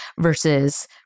versus